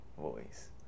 voice